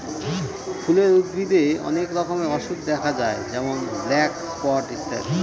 ফুলের উদ্ভিদে অনেক রকমের অসুখ দেখা যায় যেমন ব্ল্যাক স্পট ইত্যাদি